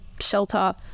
shelter